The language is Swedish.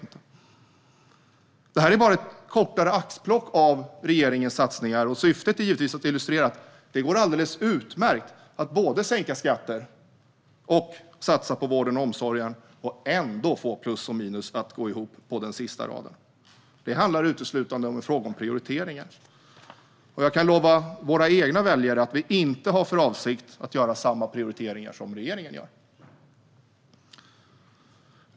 Allt detta är bara ett mindre axplock av regeringens satsningar, och syftet är givetvis att illustrera att det går alldeles utmärkt att både sänka skatter och satsa på vården och omsorgen och ändå få plus och minus att gå ihop på den sista raden. Det handlar uteslutande om prioriteringar. Jag kan lova våra egna väljare att vi inte har för avsikt att göra samma prioriteringar som regeringen gör.